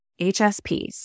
HSPs